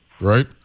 right